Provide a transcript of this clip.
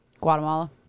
Guatemala